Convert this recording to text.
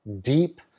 deep